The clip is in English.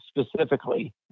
specifically